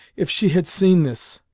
if she had seen this!